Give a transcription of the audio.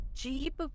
jeep